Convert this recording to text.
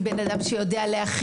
היא בן אדם שיודע להכיל.